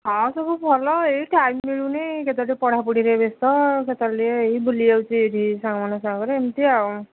ହଁ ସବୁ ଭଲ ଏ ଟାଇମ ମିଳୁନି କେତେବେଳେ ଯେ ପଢ଼ାପଢ଼ିରେ ବ୍ୟସ୍ତ କେତେବେଳେ ଟିକେ ଏଇ ବୁଲି ଯାଉଛି ଏଠି ସାଙ୍ଗମାନଙ୍କ ସାଙ୍ଗରେ ଏମିତି ଆଉ